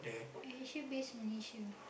AirAsia base Malaysia